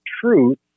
truth